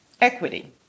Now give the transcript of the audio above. equity